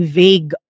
vague